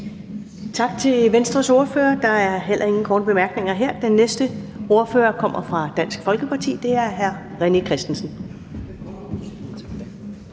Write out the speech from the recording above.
Tak til Venstres ordfører. Der er heller ingen korte bemærkninger her. Den næste ordfører kommer fra Dansk Folkeparti. Det er hr. René Christensen.